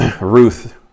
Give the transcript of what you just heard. Ruth